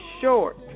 short